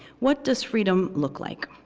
what does freedom look like?